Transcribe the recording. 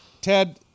Ted